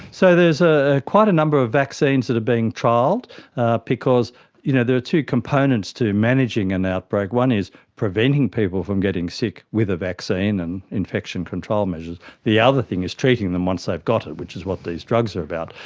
so there's ah quite a number of vaccines that are being trialled because you know there are two components to managing an outbreak, one is preventing people from getting sick with a vaccine and infection control measures, the other thing is treating them once they've got it, which is what these drugs are about.